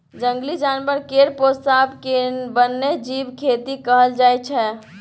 जंगली जानबर केर पोसब केँ बन्यजीब खेती कहल जाइ छै